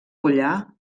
collar